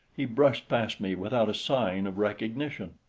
he brushed past me without a sign of recognition.